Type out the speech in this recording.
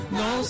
no